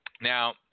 Now